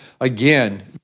again